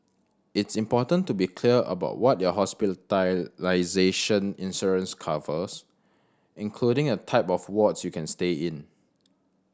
it's important to be clear about what your hospitalization insurance covers including a type of wards you can stay in